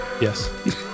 Yes